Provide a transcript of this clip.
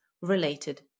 related